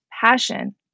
passion